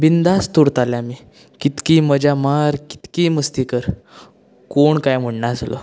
बिंदास्त उरताले आमी कितकीय मजा मार कितकिय मस्ती कर कोण कांय म्हणनासलों